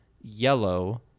yellow